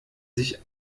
sich